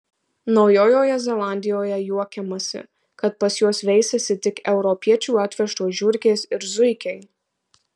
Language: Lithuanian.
naujojoje zelandijoje juokiamasi kad pas juos veisiasi tik europiečių atvežtos žiurkės ir zuikiai